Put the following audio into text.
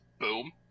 boom